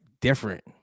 different